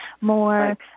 more